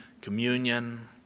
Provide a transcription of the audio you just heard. communion